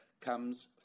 comes